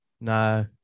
no